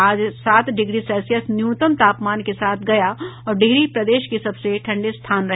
आज सात degree Celsius न्यूनतम तापमान के साथ गया और डिहरी प्रदेश के सबसे ठंडे स्थान रहे